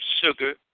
sugar